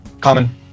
Common